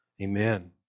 Amen